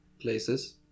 places